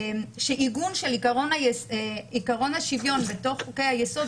שעיגון של עיקרון השוויון בתוך חוקי-היסוד,